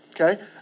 okay